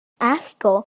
allgo